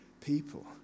people